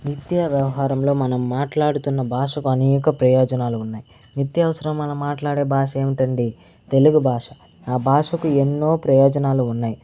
నిత్యవ్యవహారంలో మనం మాట్లాడుతున్న భాషకు అనేక ప్రయోజనాలు ఉన్నాయి నిత్యావసరం మనం మాట్లాడే భాష ఏమిటండి తెలుగు భాష భాషకు ఎన్నో ప్రయోజనాలు ఉన్నాయి